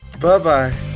Bye-bye